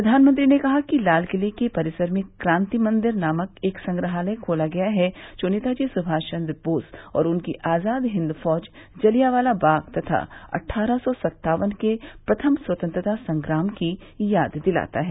प्रधानमंत्री ने कहा कि लाल किले के परिसर में क्रांति मंदिर नामक एक संग्रहालय खोला गया है जो नेताजी सुभाषचन्द्र बोस और उनकी आजाद हिंद फौज जलियांवाला बाग तथा अट्ठारह सौ सत्तावन के प्रथम स्वतंत्रता संग्राम की याद दिलाता है